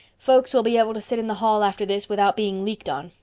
folks will be able to sit in the hall after this without being leaked on.